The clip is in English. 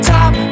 Top